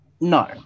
No